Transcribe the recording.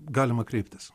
galima kreiptis